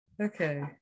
Okay